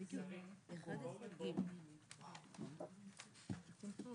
(הישיבה נפסקה בשעה 10:29 ונתחדשה